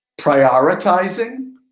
Prioritizing